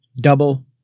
Double